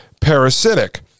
parasitic